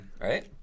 right